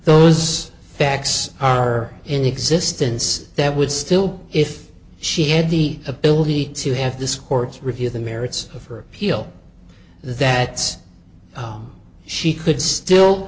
those facts are in existence that would still be if she had the ability to have this court's review the merits of her appeal that she could still